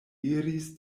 iris